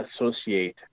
associate